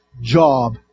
job